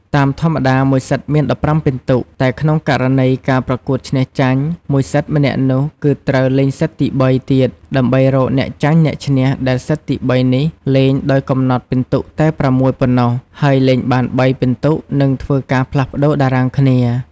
តាមធម្មតាមួយសិតមាន ១៥ពិន្ទុតែក្នុងករណីការប្រកួតឈ្នះ-ចាញ់មួយសិតម្នាក់នោះគឺត្រូវ លេងសិតទី ៣ ទៀតដើម្បីរកអ្នកចាញ់អ្នកឈ្នះដែលសិតទី ៣ នេះលេងដោយកំណត់ពិន្ទុតែ៦ ប៉ុណ្ណោះហើយលេងបាន ៣ ពិន្ទុនឹងធ្វើការផ្លាស់ប្ដូរតារាងគ្នា ។